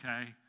okay